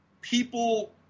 people